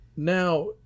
now